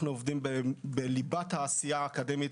עובדים בליבת העשייה האקדמית,